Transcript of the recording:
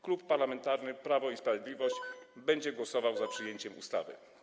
Klub Parlamentarny Prawo i Sprawiedliwość będzie głosował za przyjęciem ustawy.